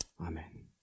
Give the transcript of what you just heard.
Amen